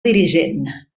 dirigent